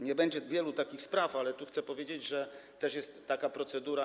Nie będzie wielu takich spraw, ale chcę powiedzieć, że też jest taka procedura.